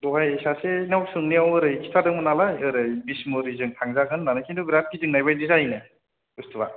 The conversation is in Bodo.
दहाय सासे नाव सोंनायाव ओरै खिन्थादों मोन नालाय ओरै बिशमुरि जों थांजागोन होननानै खिन्थु बेराद गिदिंनाय बायदि जायो नो बुसथुवा